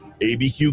ABQ